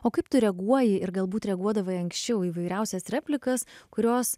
o kaip tu reaguoji ir galbūt reaguodavo į anksčiau įvairiausias replikas kurios